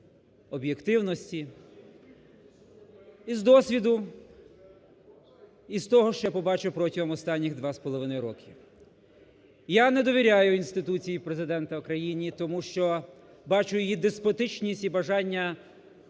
об'єктивності із досвіду, із того, що я побачив протягом останніх двох з половиною років. Я не довіряю інституції Президента України, тому що бачу її деспотичність і бажання